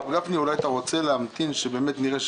הרב גפני, אולי אתה רוצה להמתין שנראה.